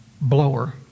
blower